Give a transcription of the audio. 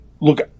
Look